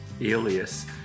Alias